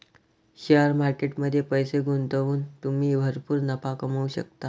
share market मध्ये पैसे गुंतवून तुम्ही भरपूर नफा कमवू शकता